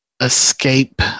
escape